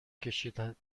کشد